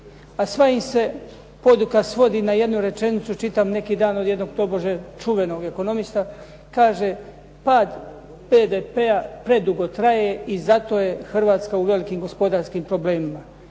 a sva im se poduka svodi na jednu rečenicu, čitam neki dan od jednog tobože čuvenog ekonomista. Kaže: "Pad BDP-a predugo traje i zato je Hrvatska u velikim gospodarskim problemima.".